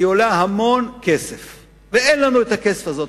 היא עולה המון כסף ואין לנו הכסף הזה.